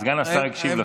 סגן השר הקשיב לך.